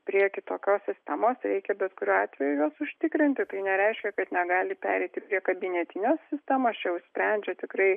prie kitokios sistemos reikia bet kuriuo atveju juos užtikrinti tai nereiškia kad negali pereiti prie kabinetinės sistemos čia jau sprendžia tikrai